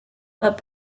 but